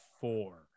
four